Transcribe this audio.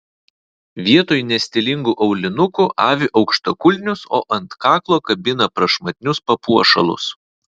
vietoj nestilingų aulinukų avi aukštakulnius o ant kaklo kabina prašmatnius papuošalus